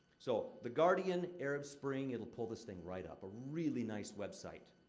so, the guardian arab spring, it'll pull this thing right up. a really nice website.